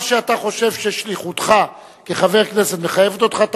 מה שאתה חושב ששליחותך כחבר כנסת מחייבת אותך,